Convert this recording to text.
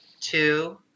two